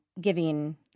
giving